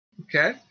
Okay